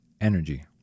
energy